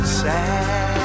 sad